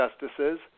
justices